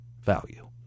value